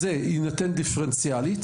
שיינתן דיפרנציאלית